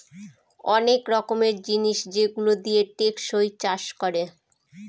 অনেক রকমের জিনিস যেগুলো দিয়ে টেকসই চাষ করে